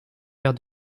faire